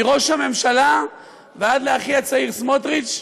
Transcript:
מראש הממשלה ועד לאחי הצעיר סמוטריץ.